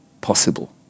possible